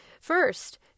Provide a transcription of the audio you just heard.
First